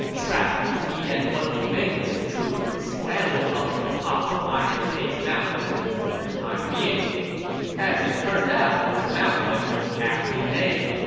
trapped, he and what remained of his troops scrambled up to the top of iron cage mountain for the time being as it turned out, the mountain was aptly named.